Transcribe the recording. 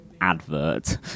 advert